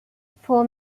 for